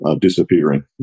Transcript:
disappearing